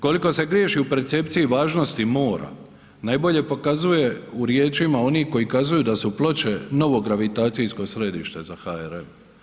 Koliko se griješi u percepciji važnosti mora najbolje pokazuje u riječima onih koji kazuju da su Ploče novo gravitacijsko središte za HRM.